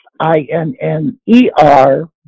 I-N-N-E-R